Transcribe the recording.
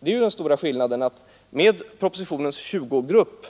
Det är den stora skillnaden, att med propositionens tjugogrupp